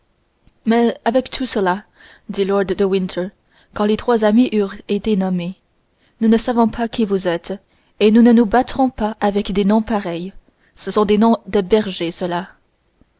mais avec tout cela dit lord de winter quand les trois amis eurent été nommés nous ne savons pas qui vous êtes et nous ne nous battrons pas avec des noms pareils ce sont des noms de bergers